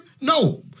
no